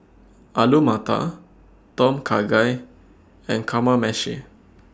Alu Matar Tom Kha Gai and Kamameshi